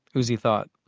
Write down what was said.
uzi thought.